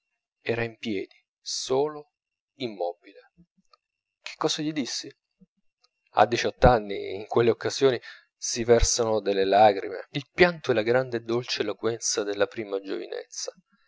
era in piedi solo immobile che cosa gli dissi a diciott'anni in quelle occasioni si versano delle lagrime il pianto è la grande e dolce eloquenza della prima giovinezza